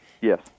Yes